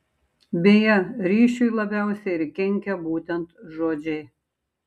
beje ryšiui labiausiai ir kenkia būtent žodžiai